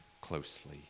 closely